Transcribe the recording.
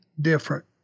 different